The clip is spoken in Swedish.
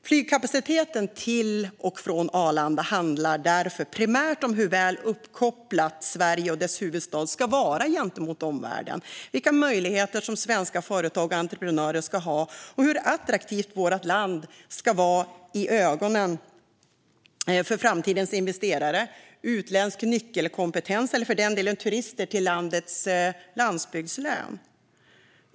Flygkapaciteten till och från Arlanda handlar därför primärt om hur väl uppkopplat Sverige och dess huvudstad ska vara gentemot omvärlden, vilka möjligheter svenska företag och entreprenörer ska ha och hur attraktivt vårt land ska vara för framtidens investerare, utländsk nyckelkompetens och turister till landets landsbygdslän.